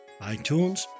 iTunes